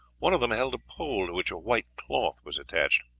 one of them held a pole to which a white cloth was attached.